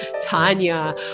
Tanya